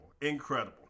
Incredible